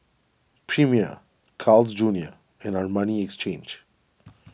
Premier Carl's Junior and Armani Exchange